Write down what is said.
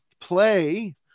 play